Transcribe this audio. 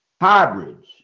hybrids